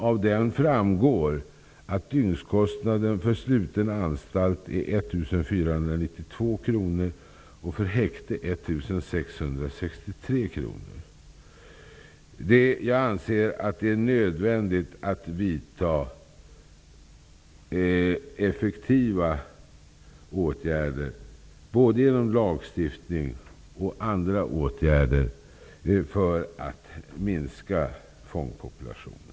Av den framgår att dygnskostnaden vid sluten anstalt är 1 492 kr och vid häkte 1 663 kr. Jag anser att det är nödvändigt att vidta effektiva åtgärder både genom lagstiftning och på andra sätt för att minska fångpopulationen.